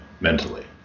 mentally